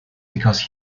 because